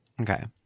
okay